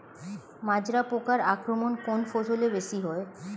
মাজরা পোকার আক্রমণ কোন ফসলে বেশি হয়?